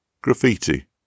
Graffiti